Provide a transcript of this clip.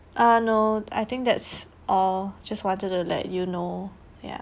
uh no I think that's all just wanted to let you know yeah